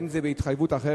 בין אם זה בהתחייבות אחרת,